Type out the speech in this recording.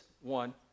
one